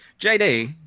JD